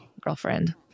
girlfriend